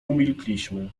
umilkliśmy